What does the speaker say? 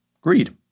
Greed